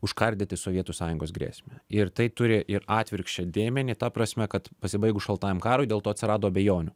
užkardyti sovietų sąjungos grėsmę ir tai turi ir atvirkščią dėmenį ta prasme kad pasibaigus šaltajam karui dėl to atsirado abejonių